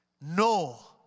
No